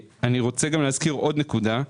נקודה נוספת,